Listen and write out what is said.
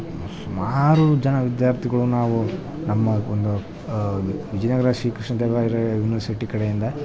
ಸುಮಾರು ಜನ ವಿದ್ಯಾರ್ಥಿಗಳು ನಾವು ನಮ್ಮ ಒಂದು ವಿಜಯನಗರ ಶ್ರೀಕೃಷ್ಣ ದೇವರಾಯ ಯೂನಿವರ್ಸಿಟಿ ಕಡೆಯಿಂದ